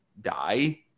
die